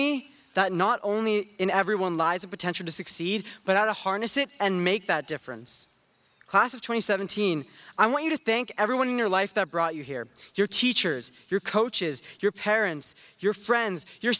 me that not only in everyone lies a potential to succeed but out to harness it and make that difference class of twenty seventeen i want you to thank everyone in your life that brought you here your teachers your coaches your parents your friends your